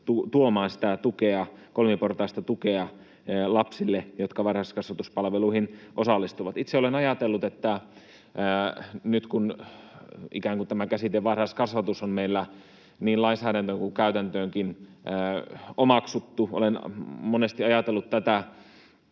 tuomaan sitä kolmiportaista tukea lapsille, jotka varhaiskasvatuspalveluihin osallistuvat. Nyt kun ikään kuin tämä käsite ”varhaiskasvatus” on meillä niin lainsäädäntöön kuin käytäntöönkin omaksuttu, niin olen monesti ajatellut tätä